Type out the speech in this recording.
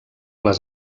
les